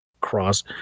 cross